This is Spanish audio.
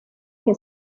que